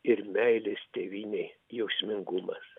ir meilės tėvynei jausmingumas